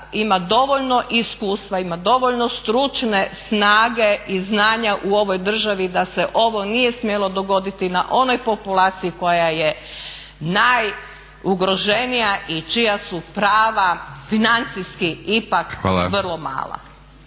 ima dovoljno iskustva, ima dovoljno stručne snage i znanja u ovoj državi da se ovo nije smjelo dogoditi na onoj populaciji koja je najugroženija i čija su prava financijski ipak vrlo mala.